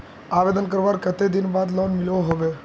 आवेदन करवार कते दिन बाद लोन मिलोहो होबे?